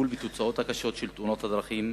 בטיפול בתוצאות הקשות של תאונות הדרכים